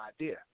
idea